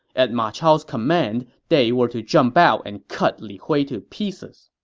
at ma chao's command, they were to jump out and cut li hui to pieces